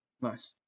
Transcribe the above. Nice